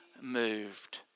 moved